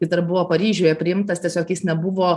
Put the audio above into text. ir dar buvo paryžiuje priimtas tiesiog jis nebuvo